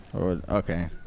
okay